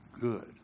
good